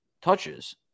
touches